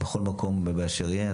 בכל מקום באשר יהיה.